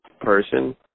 person